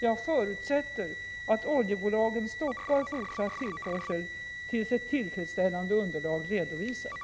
Jag förutsätter att oljebolagen stoppar fortsatt tillförsel tills ett tillfredsställande underlag redovisats.